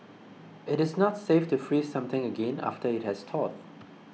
it is not safe to freeze something again after it has thawed